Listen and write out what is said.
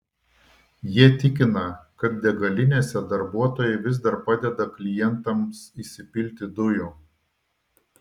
jie tikina kad degalinėse darbuotojai vis dar padeda klientams įsipilti dujų